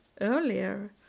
earlier